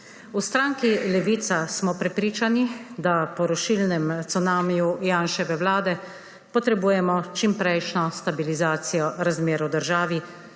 V stranki Levica smo prepričani, da po rušilnem cunamiju Janševe vlade potrebujemo čimprejšnjo stabilizacijo razmer v državi